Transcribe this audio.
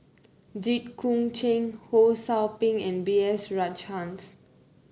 Jit Koon Ch'ng Ho Sou Ping and B S Rajhans